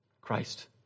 Christ